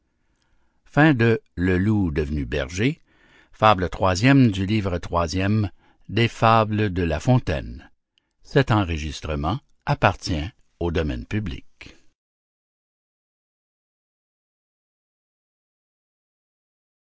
de la fontaine